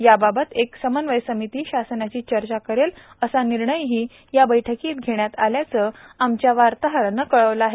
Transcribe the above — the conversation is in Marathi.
याबाबत एक समन्वय समिती शासनाशी चर्चा करेल असा निर्णयही या बैठकीत घेण्यात आल्याचं आमच्या वार्ताहरानं कळवलं आहे